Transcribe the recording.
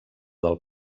del